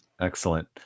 Excellent